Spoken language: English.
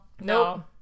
no